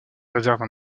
réserve